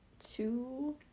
Two